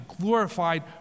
glorified